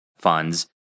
funds